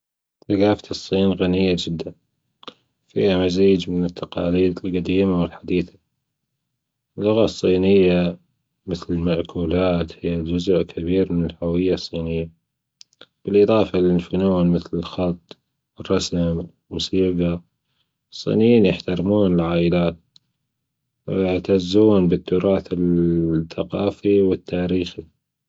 جافة الصين غنية جدا فيها مزيج من التقاليد الجديمة والحديثة واللغة الصينية مثل المأكولات هي جزء كبير من الهوية الصينية بالإضافة للفنون مثل الخط والرسم الموسيجى ثانيا يحترمون العائلات ويعتزون بالتراث الثقافي والتاريخي.